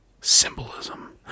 Symbolism